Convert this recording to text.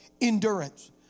endurance